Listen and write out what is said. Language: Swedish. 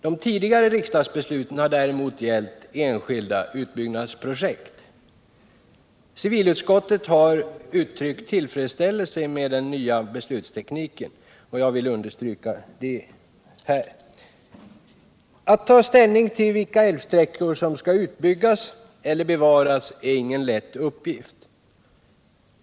De tidigare riksdagsbesluten har däremot gällt enskilda utbyggnadsprojekt. Civilutskottet har uttryckt tillfredsställelse med den nya beslutstekniken, och det vill jag här understryka. Att ta ställning till vilka älvsträckor som skall få byggas ut och vilka som skall bevaras är ingen lätt uppgift.